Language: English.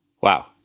Wow